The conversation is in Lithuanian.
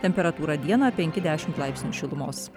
temperatūra dieną penki dešimt laipsnių šilumos